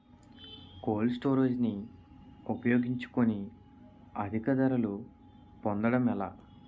Cold storage ని ఉపయోగించుకొని అధిక ధరలు పొందడం ఎలా?